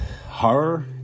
horror